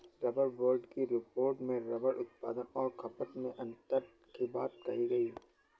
rubber board की report में rubber उत्पादन और खपत में अन्तर की बात कही गई